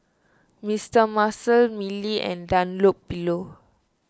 Mister Muscle Mili and Dunlopillo